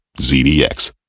ZDX